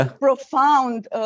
profound